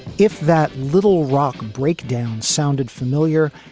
if that little rock breakdown sounded familiar,